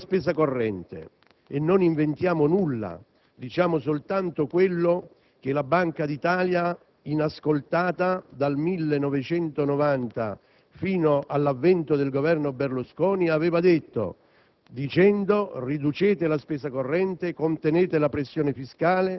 suggeriamo un recupero di risorse riducendo la spesa corrente. Non inventiamo nulla, diciamo soltanto quello che la Banca d'Italia, inascoltata dal 1990 fino all'avvento del Governo Berlusconi, ha ripetuto: